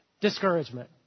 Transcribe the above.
Discouragement